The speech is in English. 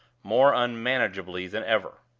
more unmanageably than ever.